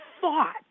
fought